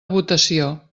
votació